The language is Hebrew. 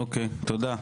תודה,